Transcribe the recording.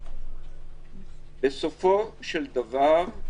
בסופו של דבר,